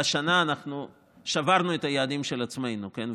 והשנה אנחנו שברנו את היעדים של עצמנו, כן?